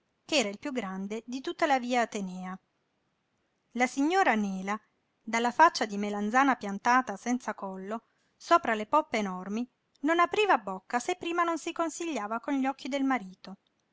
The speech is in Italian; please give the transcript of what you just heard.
panneria ch'era il piú grande di tutta la via atenèa la signora nela dalla faccia di melanzana piantata senza collo sopra le poppe enormi non apriva bocca se prima non si consigliava con gli occhi del marito